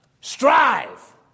Strive